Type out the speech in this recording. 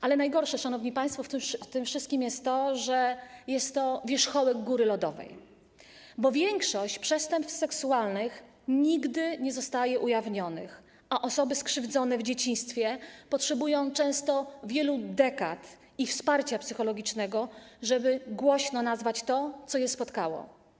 Ale najgorsze, szanowni państwo, w tym wszystkim jest to, że jest to wierzchołek góry lodowej, bo większość przestępstw seksualnych nigdy nie zostaje ujawniona, a osoby skrzywdzone w dzieciństwie potrzebują często wielu dekad i wsparcia psychologicznego, żeby głośno nazwać to, co je spotkało.